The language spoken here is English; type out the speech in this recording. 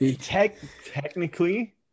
technically